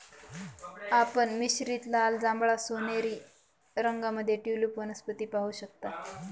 आपण मिश्रित लाल, जांभळा, सोनेरी रंगांमध्ये ट्यूलिप वनस्पती पाहू शकता